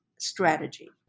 strategy